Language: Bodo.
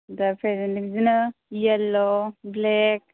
दा प्रेजेनटलि बिदिनो येल' ब्लेक